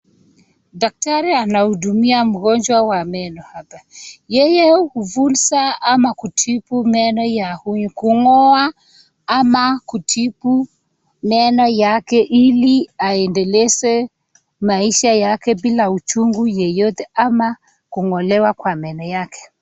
Daktari anahudumia mgonjwa wa meno hapa. Yeye hufunza ama kutibu meno ya huyu kung'oa ama kutibu meno yake ili aendeleze maisha yake bila uchungu yeyote ama kung'olewa kwa meno yake.